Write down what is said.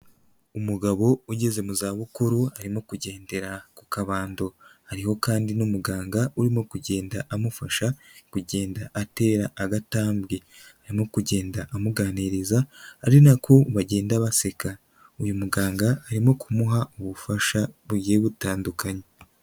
Umugabo ugeze mu zabukuru, arimo kugendera ku kabando, hariho kandi n'umuganga urimo kugenda amufasha kugenda atera agatambwe, arimo kugenda amuganiriza ari nako bagenda baseka, uyu muganga arimo kumuha ubufasha bugiye butandukanye.